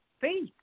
Faith